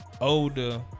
older